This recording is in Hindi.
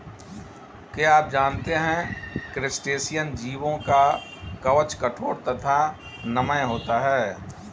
क्या आप जानते है क्रस्टेशियन जीवों का कवच कठोर तथा नम्य होता है?